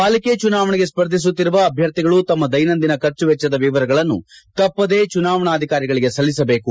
ಪಾಲಿಕೆ ಚುನಾವಣೆಗೆ ಸ್ಪರ್ಧಿಸುತ್ತಿರುವ ಅಭ್ಯರ್ಥಿಗಳು ತಮ್ಮ ದೈನಂದಿನ ಖರ್ಚು ವೆಚ್ವದ ವಿವರಗಳನ್ನು ತಪ್ಪದೇ ಚುನಾವಣಾಧಿಕಾರಿಗಳಿಗೆ ಸಲ್ಲಿಸಬೇಕು